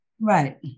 Right